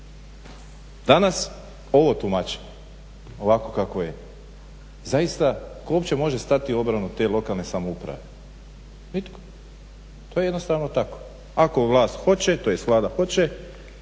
Danas ovo tumačenje ovakvo kakvo je, zaista tko uopće može stati u obranu te lokalne samouprave, nitko. To je jednostavno tako. Ako vlast tj. Vlada hoće